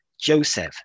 joseph